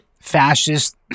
fascist